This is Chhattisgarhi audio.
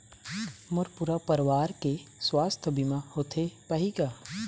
मोर पूरा परवार के सुवास्थ बीमा होथे पाही का?